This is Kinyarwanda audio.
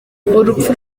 urupfu